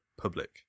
public